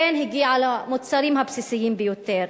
כן הגיעה למוצרים הבסיסיים ביותר.